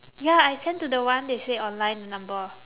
ya I send to the one they said online the number